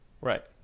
Right